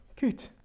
Good